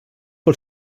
pel